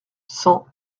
cent